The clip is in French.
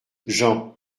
jean